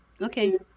Okay